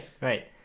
right